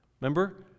Remember